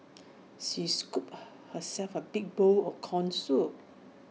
she scooped herself A big bowl of Corn Soup